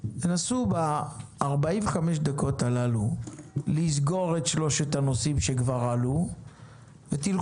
תנסו ב-45 הדקות הללו לסגור את שלושת הנושאים שכבר עלו ותלכו